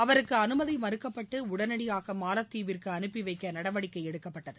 அவருக்கு அனுமதி மறுக்கப்பட்டு உடனடியாக மாலத்தீவிற்கு அனுப்பி வைக்க நடவடிக்கை எடுக்கப்பட்டது